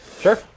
Sure